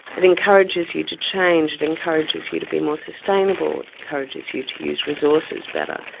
it encourages you to change, it encourages you to be more sustainable, it encourages you to use resources better,